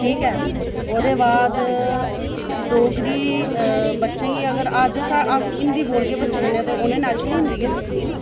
ठीक ऐ ओह्दे बाद डोगरी बच्चें गी अगर अज्ज अस हिंदी बोलगे बच्चें कन्नै उ'नें नेचूरली हिंदी गै बोलनी आं